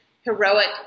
heroic